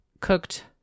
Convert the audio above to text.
cooked